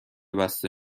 بسته